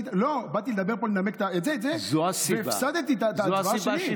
באתי לפה לנמק והפסדתי את ההצבעה שלי.